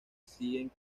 siguen